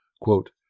Quote